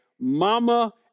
mama